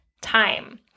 time